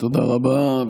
תודה רבה,